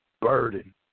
burden